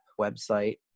website